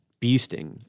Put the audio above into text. beasting